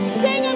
sing